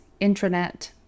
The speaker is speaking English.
intranet